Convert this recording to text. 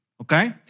okay